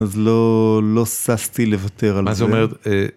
אז לא, לא ששתי לוותר על זה. מה זה אומר